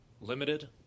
limited